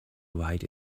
ride